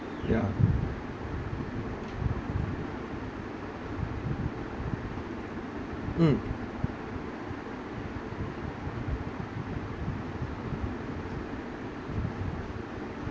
yeah mm